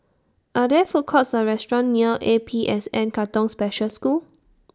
Are There Food Courts Or restaurants near A P S N Katong Special School